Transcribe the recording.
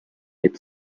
hip